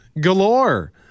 galore